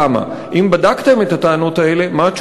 אם לא בדקתם את הטענות האלה, למה?